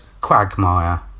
quagmire